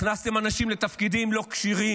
הכנסתם אנשים לא כשירים לתפקידים,